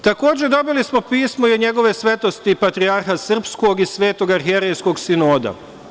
Takođe, dobili smo pismo i od NJegove svetosti Patrijarha srpskog i Svetog Arhijerejskog sinoda.